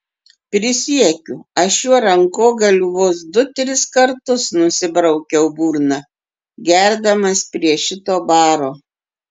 prisiekiu aš šiuo rankogaliu vos du tris kartus nusibraukiau burną gerdamas prie šito baro